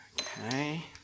Okay